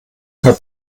hat